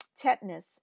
tetanus